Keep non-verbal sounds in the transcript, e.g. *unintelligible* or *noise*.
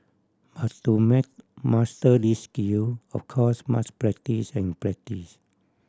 but to *unintelligible* master these skill of course must practise and practise